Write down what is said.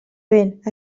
vent